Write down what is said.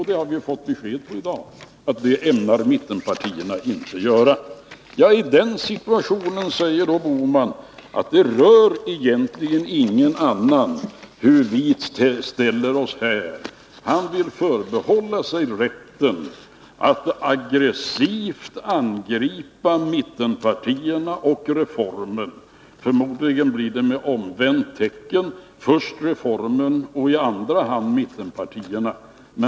Vi har fått besked i dag att det ämnar mittenpartierna inte göra. I den situationen säger Gösta Bohman att det egentligen inte rör någon annan hur moderaterna ställer sig. Han vill förbehålla sig rätten att aggressivt angripa mittenpartierna och reformen. Förmodligen blir det med omvänt tecken, först reformen och i andra hand mittenpartierna.